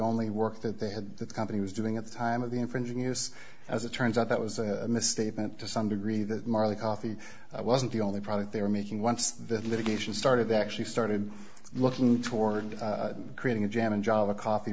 only work that they had that the company was doing at the time of the infringing use as it turns out that was a misstatement to some degree that marley coffee wasn't the only product they were making once the litigation started actually started looking toward creating a jam in java coffee